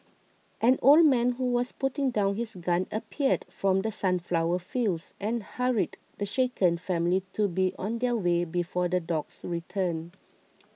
an old man who was putting down his gun appeared from the sunflower fields and hurried the shaken family to be on their way before the dogs return